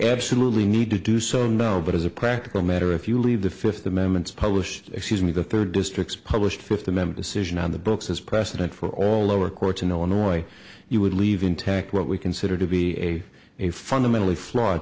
absolutely need to do so now but as a practical matter if you leave the fifth amendments published excuse me the third district's published fifty members sitting on the books as president for all our courts in illinois you would leave intact what we consider to be a a fundamentally flawed